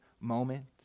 moment